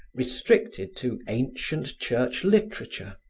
restricted to ancient church literature,